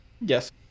yes